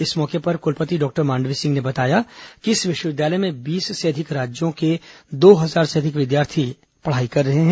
इस मौके पर कुलपति डॉक्टर मांडवी सिंह ने बताया कि इस विश्वविद्यालय में बीस से अधिक राज्यों के दो हजार से अधिक छात्र छात्राएं पढ़ रहे हैं